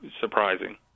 surprising